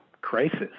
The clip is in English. crisis